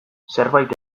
zerbait